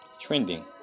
Trending